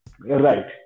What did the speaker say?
Right